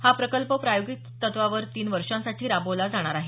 हा प्रकल्प प्रायोगिक तत्त्वावर तीन वर्षांसाठी राबवला जाणार आहे